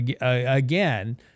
Again